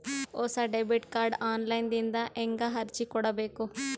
ಹೊಸ debit card online ದಿಂದ ಹೇಂಗ ಅರ್ಜಿ ಕೊಡಬೇಕು?